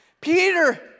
Peter